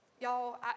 Y'all